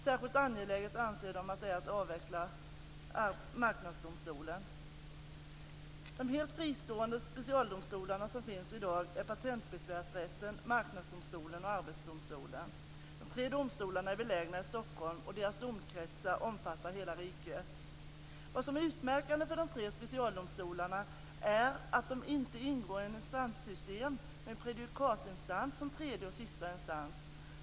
Särskilt angeläget anser de att det är att avveckla Marknadsdomstolen. De helt fristående specialdomstolar som finns i dag är Patentbesvärsrätten, Marknadsdomstolen och Arbetsdomstolen. De tre domstolarna är belägna i Stockholm, och deras domkretsar omfattar hela riket. Vad som är utmärkande för de tre specialdomstolarna är att de inte ingår i något instanssystem med en prejudikatinstans som tredje och sista instans.